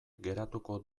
geratuko